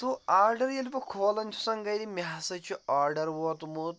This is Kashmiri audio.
سُہ آرڈَر ییٚلہِ بہٕ کھولَان چھُس گَر مےٚ ہَسا چھُ آرڈَر ووتمُت